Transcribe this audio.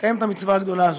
ותקיים את המצווה הגדולה הזאת.